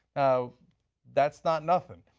um that's not nothing.